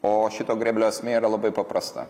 o šito grėblio esmė yra labai paprasta